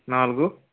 నాలుగు